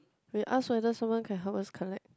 we ask whether someone can help us collect